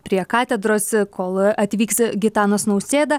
prie katedros kol atvyks gitanas nausėda